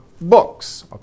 books